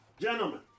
gentlemen